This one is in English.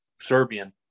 Serbian